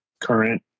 current